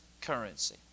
currency